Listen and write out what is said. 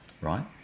right